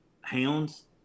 hounds